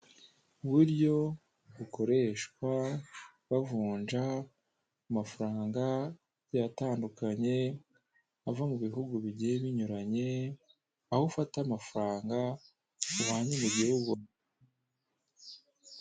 Uburyo bukoreshwa bavunja amafaranga agiye atandukanye ava mu bihugu bigiye binyuranye, aho ufata amafaranga uvanye mu gihugu.